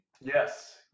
Yes